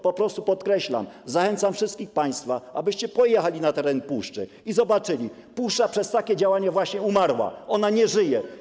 Podkreślam: zachęcam wszystkich państwa, abyście pojechali na teren puszczy i zobaczyli: puszcza przez takie działania właśnie umarła, ona nie żyje.